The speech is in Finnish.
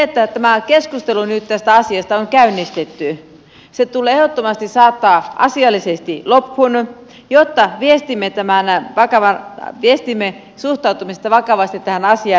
kun tämä keskustelu tästä asiasta on nyt käynnistetty se tulee ehdottomasti saattaa asiallisesti loppuun jotta viestimme suhtautumisesta vakavasti tähän asiaan menee eteenpäin